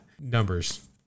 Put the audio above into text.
numbers